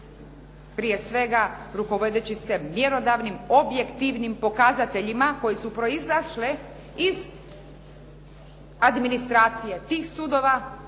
prije svega rukovodeći se mjerodavnim, objektivnim pokazateljima koje su proizašle iz administracije tih sudova,